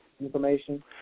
information